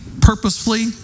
purposefully